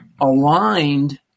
aligned